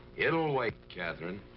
it'll wait, katherine.